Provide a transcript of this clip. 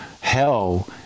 hell